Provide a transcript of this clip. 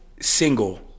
single